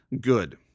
Good